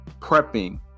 prepping